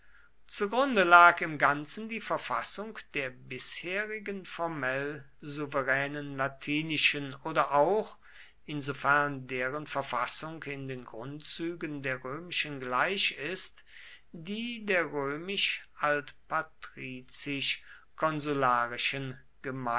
zugrunde lag im ganzen die verfassung der bisherigen formell souveränen latinischen oder auch insofern deren verfassung in den grundzügen der römischen gleich ist die der